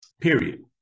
Period